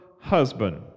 husband